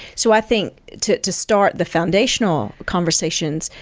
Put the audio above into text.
so i think to to start the foundational conversations,